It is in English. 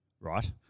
right